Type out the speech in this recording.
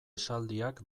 esaldiak